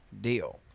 deal